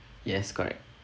correct